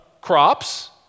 Crops